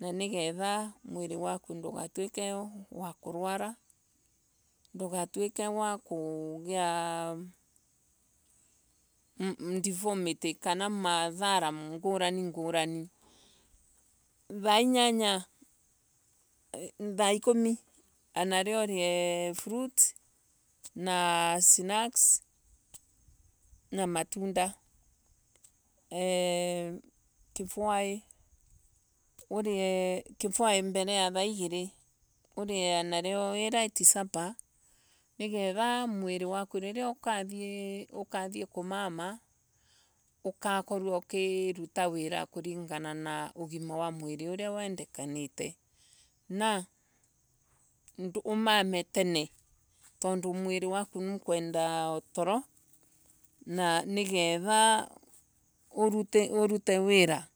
Na nigetha mwiri waku ndugatwike kurwarwa. Ndugaituke wa kugia ndifomiti kana mathara ngurani ngurani. Thaa inyanya Thaa ikumi anario urie fruits na snacks na matunda Eeh kivaai urie Mbere ya thaigiri urie anaryo i light supper nikedha niwiri waku riria ukathii kumama ugakorwa ukivuta wira kuringana na wima wa mwiri uria wendekanie na umame tene tondu mwiri waku ni ukwenda toro na niketha uvute wira.